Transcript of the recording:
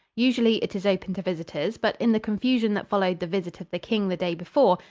usually it is open to visitors, but in the confusion that followed the visit of the king the day before,